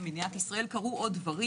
במדינת ישראל קרו עוד דברים